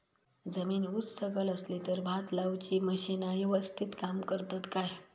जमीन उच सकल असली तर भात लाऊची मशीना यवस्तीत काम करतत काय?